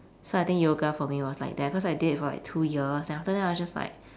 so I think yoga for me was like that cause I did it for like two years and after that I was just like